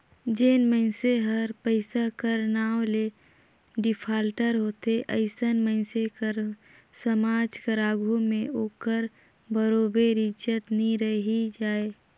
जेन मइनसे हर पइसा कर नांव ले डिफाल्टर होथे अइसन मइनसे कर समाज कर आघु में ओकर बरोबेर इज्जत नी रहि जाए